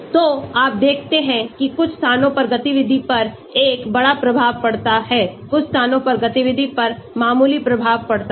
तो आप देखते हैं कि कुछ स्थानों पर गतिविधि पर एक बड़ा प्रभाव पड़ता है कुछ स्थानों पर गतिविधि पर मामूली प्रभाव पड़ता है